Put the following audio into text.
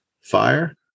fire